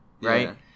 right